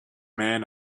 men